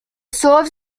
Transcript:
serves